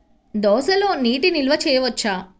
దోసలో నీటి నిల్వ చేయవచ్చా?